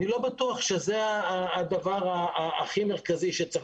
אני לא בטוח שזה הדבר הכי מרכזי שצריך